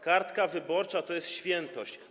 Karta wyborcza to jest świętość.